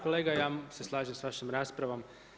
Kolega ja se slažem s vašom raspravom.